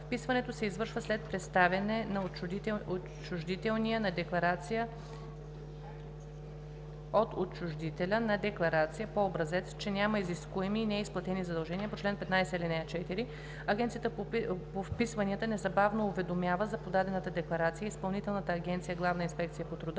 Вписването се извършва след представяне от отчуждителя на декларация по образец, че няма изискуеми и неизплатени задължения по чл. 15, ал. 4. Агенцията по вписванията незабавно уведомява за подадената декларация Изпълнителната агенция „Главна инспекция по труда".